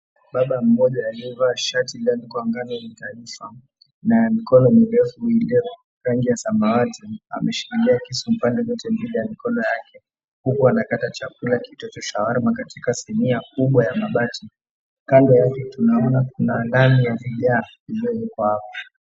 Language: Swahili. Baba mmoja aliyevaa shati lililoandikwa Ngano ni Taifa na ya mikono mirefu iliyo rangi ya samawati ameshikilia kisu pande zote mbili ya mikono yake huku anakata chakula kilichotosha shawarma katika sinia kubwa ya mabati kando yake tunaona kuna ndani yamejaa iliyowekwa hapo.